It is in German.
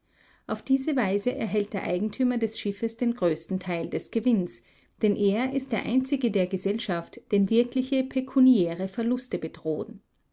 auf diese weise erhält der eigentümer des schiffes den größten teil des gewinns denn er ist der einzige der gesellschaft den wirkliche pekuniäre verluste bedrohen